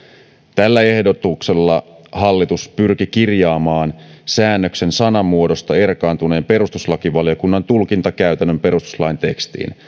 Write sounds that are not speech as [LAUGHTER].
tällä ehdotuksella hallitus pyrki kirjaamaan säännöksen sanamuodosta erkaantuneen perustuslakivaliokunnan tulkintakäytännön perustuslain tekstiin [UNINTELLIGIBLE]